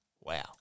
Wow